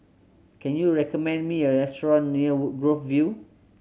can you recommend me a restaurant near Woodgrove View